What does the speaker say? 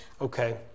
Okay